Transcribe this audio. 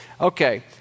Okay